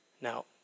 Now